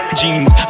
jeans